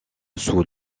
sous